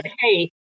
Hey